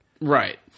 right